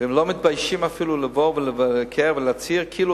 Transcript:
והם לא מתביישים אפילו לבוא ולבקר ולהצהיר, כאילו